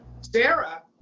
Sarah